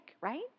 right